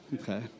okay